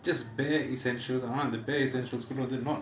just bare essentials அந்த:antha bare essentials கூட வந்து:kooda vanthu